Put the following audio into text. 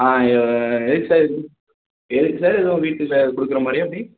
ஆ எ எதுக்கு சார் எதுக்கு எதுக்கு சார் எதுவும் வீட்டு தேவைக்கு கொடுக்குற மாதிரியா எப்படி